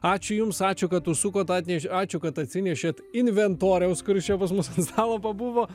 ačiū jums ačiū kad užsukot atneš ačiū kad atsinešėt inventoriaus kuris čia pas mus ant stalo pabuvo